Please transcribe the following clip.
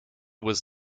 was